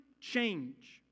change